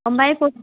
ओमफ्राय